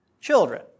children